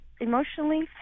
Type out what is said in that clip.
emotionally